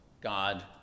God